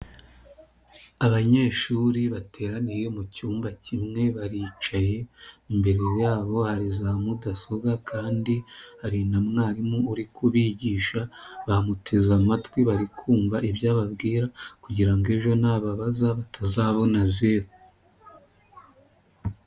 Abanyeshuri bateraniye mu cyumba kimwe baricaye, imbere yabo hari za mudasobwa kandi hari na mwarimu uri kubigisha, bamuteze amatwi bari kumva ibyo ababwira, kugira ngo ejo na babaza batazabona zeru.